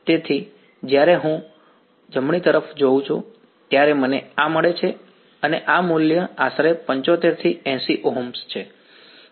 તેથી જ્યારે હું જમણી તરફ જોઉં છું ત્યારે મને આ મળે છે અને આ મૂલ્ય આશરે 75 થી 80 ઓહ્મ છે